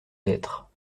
d’être